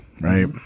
Right